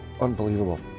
unbelievable